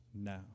now